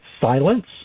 Silence